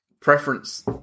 Preference